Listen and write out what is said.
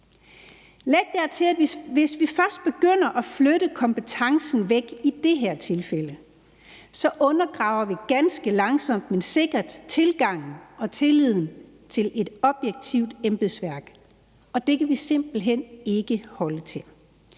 Læg dertil, at hvis vi først begynder at flytte kompetencen væk i det her tilfælde, undergraver vi ganske langsomt, men sikkert tilgangen og tilliden til et objektivt embedsværk, og det kan vi simpelt hen ikke holde til.